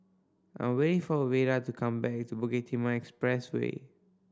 I'm waiting for Veda to come back to Bukit Timah Expressway